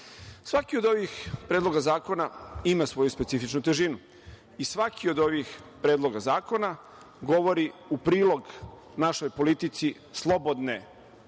od ovih Predloga zakona ima svoju specifičnu težinu i svaki od ovih predloga zakona govori u prilog našoj politici slobodne,